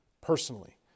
personally